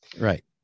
Right